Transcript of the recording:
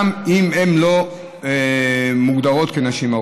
גם אם הן לא מוגדרות כנשים הרות.